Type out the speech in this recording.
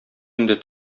инде